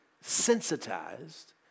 sensitized